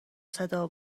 صدا